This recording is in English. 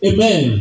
Amen